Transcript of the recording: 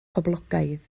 poblogaidd